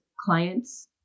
clients